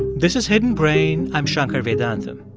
this is hidden brain. i'm shankar vedantam.